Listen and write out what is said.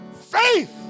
Faith